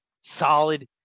solid